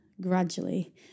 gradually